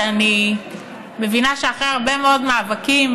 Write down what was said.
שאני מבינה שאחרי הרבה מאוד מאבקים